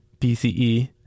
BCE